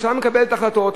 הממשלה מקבלת החלטות,